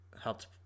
helped